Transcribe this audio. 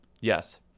Yes